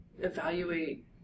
evaluate